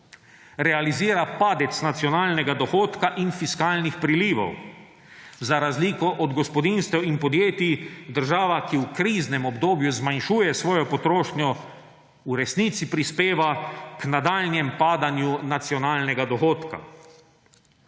realizira padec nacionalnega dohodka in fiskalnih prilivov. Za razliko od gospodinjstev in podjetij država, ki v kriznem obdobju zmanjšuje svojo potrošnjo, v resnici prispeva k nadaljnjem padanju nacionalnega dohodka.